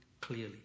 clearly